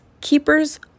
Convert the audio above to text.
Keepers